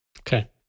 Okay